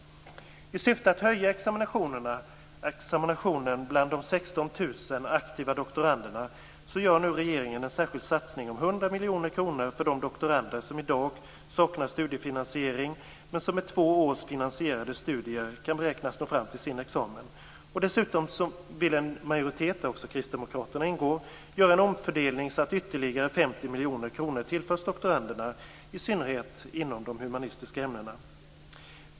I syfte att höja examinationen bland de 16 000 aktiva doktoranderna gör regeringen en särskild satsning på 100 miljoner kronor för de doktorander som i dag saknar studiefinansiering, men som med två års finansierade studier kan beräknas nå fram till sin examen. Dessutom vill en majoritet, där också kristdemokraterna ingår, göra en omfördelning så att ytterligare 50 miljoner kronor tillförs doktoranderna, i synnerhet inom de humanistiska ämnena.